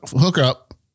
hookup